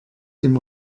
dem